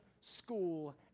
school